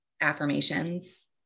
affirmations